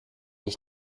ich